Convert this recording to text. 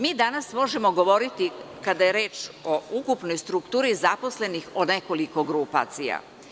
Mi danas možemo govoriti, kada je reč o ukupnoj strukturi zaposlenih o nekoliko grupacija.